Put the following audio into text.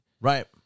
Right